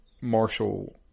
Marshall